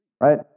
right